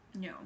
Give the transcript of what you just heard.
No